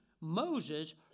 Moses